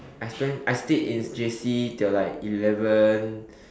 I spent I stayed in J_C till like eleven